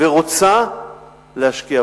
ורוצה להשקיע.